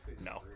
No